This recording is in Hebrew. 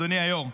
אדוני היושב-ראש,